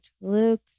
Luke